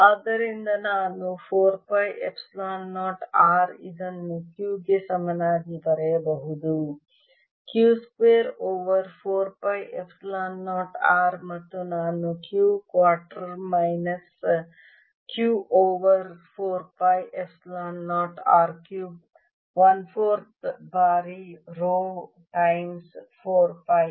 ಆದ್ದರಿಂದ ನಾನು ಈಗ 4 ಪೈ ಎಪ್ಸಿಲಾನ್ 0 R ಇದನ್ನು Q ಗೆ ಸಮನಾಗಿ ಬರೆಯಬಹುದು Q square over 4 pi epsilon 0 R ಮತ್ತು ನಾನು 3 quarters minus Q over 4 pi epsilon 0 R cube 1 4 ನೇ ಬಾರಿ ರೋ ಟೈಮ್ಸ್ 4 ಪೈ